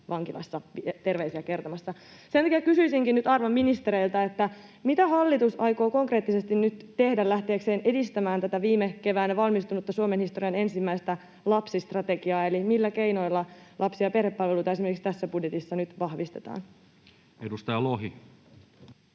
vankilassa terveisiä kertomassa. Sen takia kysyisinkin arvon ministereiltä: Mitä hallitus aikoo konkreettisesti nyt tehdä lähteäkseen edistämään tätä viime keväänä valmistunutta Suomen historian ensimmäistä lapsistrategiaa? Eli millä keinoilla lapsi- ja perhepalveluita esimerkiksi tässä budjetissa nyt vahvistetaan? [Speech